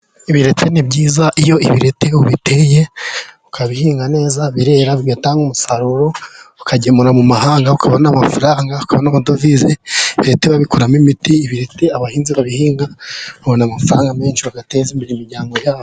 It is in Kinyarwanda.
Ibireti ni byiza, iyo ibireti ubiteye ukabihinga neza, birera bigatanga umusaruro ukagemura mu mahanga ukabona amafaranga ukabona amadovize. Ibireti babikoramo imiti, ibireti abahinzi babihinga babona amafaranga menshi, bagateza imbere imiryango yabo.